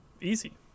Easy